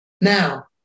Now